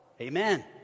Amen